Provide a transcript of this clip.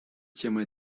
тема